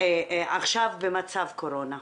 עכשיו במצב הקורונה,